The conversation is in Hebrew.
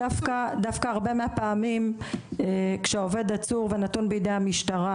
דווקא הרבה מהפעמים כשהעובד עצור ונתון בידי המשטרה,